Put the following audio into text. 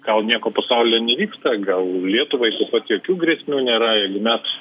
gal nieko pasaulyje nevyksta gal lietuvai kad jokių grėsmių nėra jeigu mes